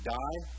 die